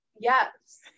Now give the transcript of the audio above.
Yes